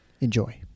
Enjoy